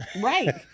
Right